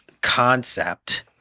concept